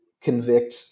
convict